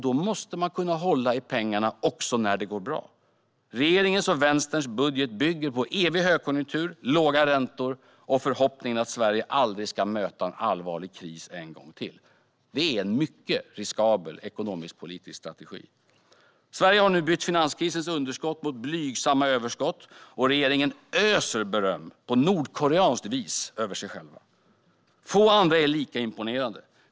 Då måste man kunna hålla i pengarna också när det går bra. Regeringens och Vänsterns budget bygger på evig högkonjunktur, låga räntor och förhoppningen att Sverige aldrig ska möta en allvarlig kris en gång till. Det är en mycket riskabel ekonomisk-politisk strategi. Sverige har nu bytt finanskrisens underskott mot blygsamma överskott, och på nordkoreanskt vis öser regeringen beröm över sig själv. Få andra är lika imponerade.